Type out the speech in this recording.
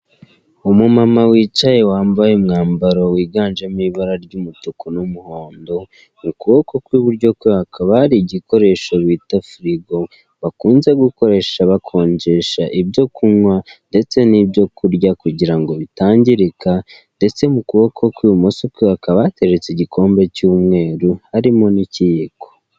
Umumama wicaye wambaye umwambaro wiganjemo ibara ry'umutuku n'umuhondo, mu kuboko kw'iburyo kwe hakaba hari igikoresho bita firigo, bakunze gukoresha bakonjesha ibyo kunywa ndetse n'ibyo kurya kugira ngo bitangirika, ndetse mu kuboko kw'ibumoso kwe hakaba hateretse igikombe cy'umweru, harimo n'ikiyiko.